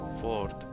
Fourth